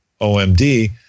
OMD